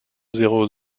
zéro